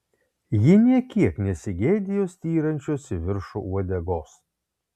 ji nė kiek nesigėdijo styrančios į viršų uodegos